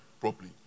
properly